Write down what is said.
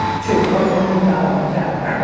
two, right, and then you got a bunch after,